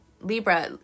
Libra